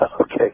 okay